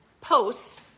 posts